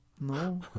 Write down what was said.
No